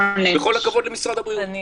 בכל הכבוד למשרד הבריאות.